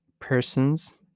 persons